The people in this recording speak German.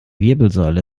wirbelsäule